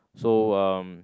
so uh